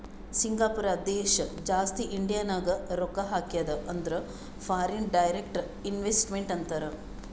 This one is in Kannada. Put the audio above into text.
ಸಿಂಗಾಪೂರ ದೇಶ ಜಾಸ್ತಿ ಇಂಡಿಯಾನಾಗ್ ರೊಕ್ಕಾ ಹಾಕ್ಯಾದ ಅಂದುರ್ ಫಾರಿನ್ ಡೈರೆಕ್ಟ್ ಇನ್ವೆಸ್ಟ್ಮೆಂಟ್ ಅಂತಾರ್